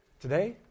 Today